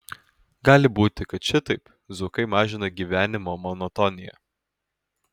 gali būti kad šitaip zuokai mažina gyvenimo monotoniją